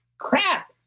crap.